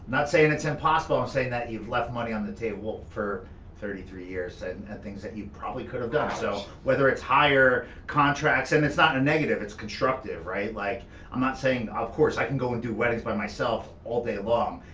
not saying it's impossible, i'm saying that you've left money on the table for thirty three years and and things that you probably could've done, so whether it's higher contracts, and it's not in a negative, it's constructive, right? like i'm not saying, of course. i can go and do weddings by myself all day long.